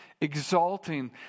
exalting